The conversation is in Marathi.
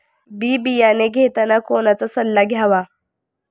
बी बियाणे घेताना कोणाचा सल्ला घ्यावा?